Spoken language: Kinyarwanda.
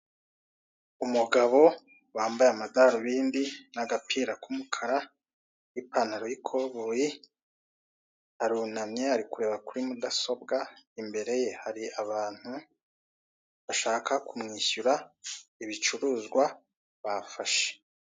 Umugabo wambaye amadarabindi n'agapira k'umukara n'ipantalo y'ikoboyi arunamye ari kureba kuri mudasobwa imbere ye hari abantu bashaka kumwishyura ibicuruzwa bafashe.